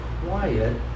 quiet